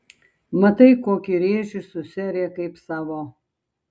matai kokį rėžį susiarė kaip savo